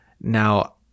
Now